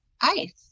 ice